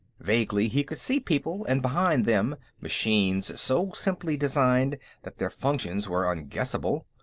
vaguely, he could see people and, behind them, machines so simply designed that their functions were unguessable.